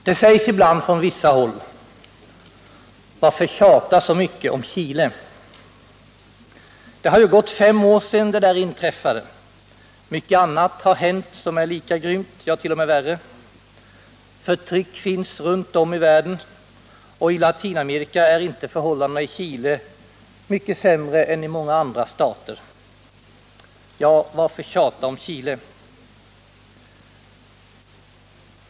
Det sägs ibland från vissa håll: Varför tjata så mycket om Chile? Det har ju gått fem år sedan det där inträffade, och mycket annat har hänt som är lika grymt, ja,t.o.m. värre. Förtryck finns runt om i världen, och i Latinamerika är inte förhållandena i Chile mycket sämre än i många andra stater. Ja, varför tjata om Chile?